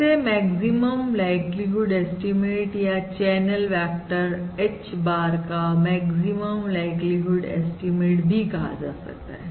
इसे maximum likelihood estimate या channel vector H bar का मैक्सिमम लाइक्लीहुड ऐस्टीमेट भी कहा जा सकता है